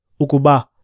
ukuba